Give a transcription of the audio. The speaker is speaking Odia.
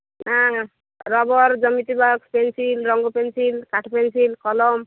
ହାଁ ରବର ଜ୍ୟାମିତି ବକ୍ସ ପେନ୍ସିଲ୍ ରଙ୍ଗ ପେନ୍ସିଲ୍ କାଠ ପେନ୍ସିଲ୍ କଲମ